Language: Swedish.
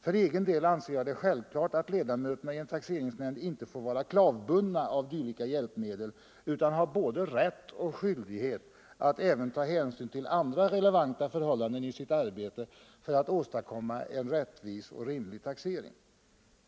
För egen del anser jag det självklart att ledamöterna i en taxeringsnämnd inte får vara klavbundna av dylika hjälpmedel, utan har både rätt och skyldighet att även ta hänsyn till andra relevanta förhållanden i sitt arbete för att åstadkomma en rättvis och rimlig taxering.